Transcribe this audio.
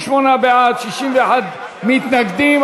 58 בעד, 61 מתנגדים.